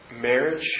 Marriage